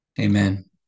Amen